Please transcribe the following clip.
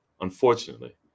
Unfortunately